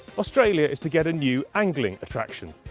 australia is to get a new angling attraction.